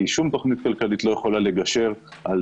כי שום תוכנית כלכלית לא יכולה לגשר על